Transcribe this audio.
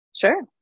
Sure